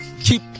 keep